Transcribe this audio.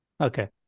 okay